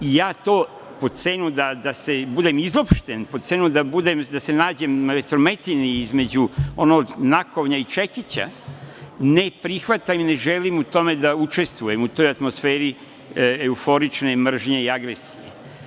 Ja to po ceni da budem izopšten, po cenu da se nađem na vetrometini, između onog nakovnja i čekića, ne prihvatam i ne želim u tome da učestvujem u toj atmosferi euforične mržnje i agresije.